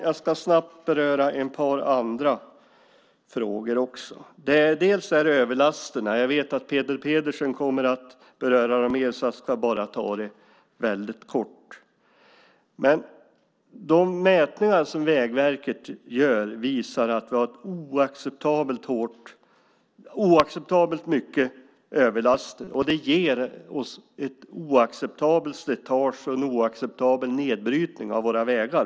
Jag ska snabbt beröra ett par andra frågor också. Det gäller delvis överlasterna. Jag vet att Peter Pedersen kommer att beröra detta mer, så jag ska bara ta det väldigt kort. De mätningar som Vägverket gör visar att vi har oacceptabelt mycket överlast. Det ger oss ett oacceptabelt slitage och en oacceptabel nedbrytning av våra vägar.